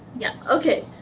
yeah okay.